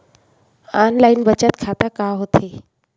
Online बचत खाता का होथे?